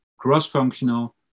cross-functional